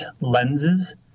lenses